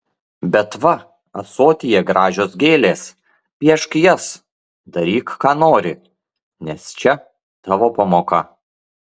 bet va ąsotyje gražios gėlės piešk jas daryk ką nori nes čia tavo pamoka